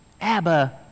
Abba